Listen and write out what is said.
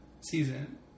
season